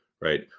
right